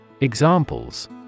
Examples